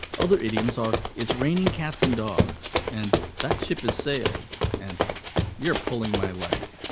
other idioms are it's raining cats and dogs and that ship has sailed, and you're pulling my leg.